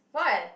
what